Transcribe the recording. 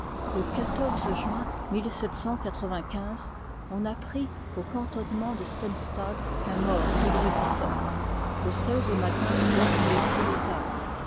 le juin on apprit au cantonnement de steinstadt la mort de louis xvil le au matin farmée prit les armes